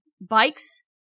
bikes